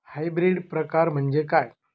Hybrid प्रकार म्हणजे काय?